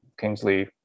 kingsley